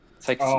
take